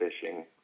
fishing